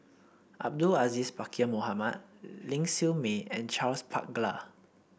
Abdul Aziz Pakkeer Mohamed Ling Siew May and Charles Paglar